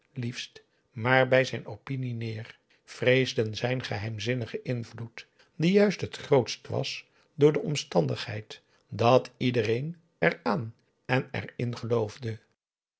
liefst maar bij zijn opinie neer vreesden zijn geheimzinnigen invloed die juist het grootst was door de omstandigheid dat iedereen eraan en erin geloofde